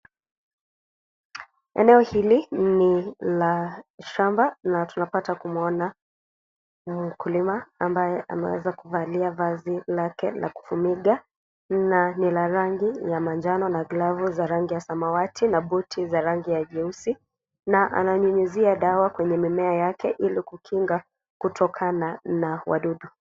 Eneo hili ni la shamba na tunapata kumwona mkulima ambaye amewezakuvalia vazi lake la kufumiga na ni la rangi ya manjano na glavu za rangi ya samawati na buti zarangi ya jeusi na ananyunyizia maji kwenye mimea yake ili kukinga kutokana na wadudu.